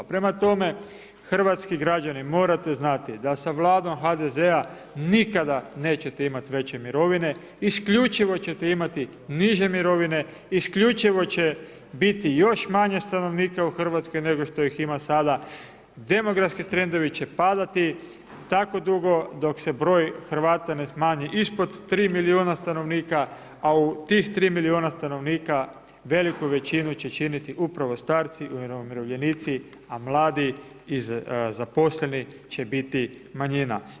Prema tome, Hrvatski građani morate znati da sa vladom HDZ-a nikada neće imati veće mirovine, isključivo ćete imati niže mirovine, isključivo će biti još manje stanovnika u Hrvatskom nego što ih ima sada, demografski trendovi će padati tako dugo dok se broj Hrvata ne smanji ispod 3 milijuna stanovnika a u tih 3 milijuna stanovnika, veliku većinu će činiti upravo starci i umirovljenici a mladi i zaposleni će biti manjina.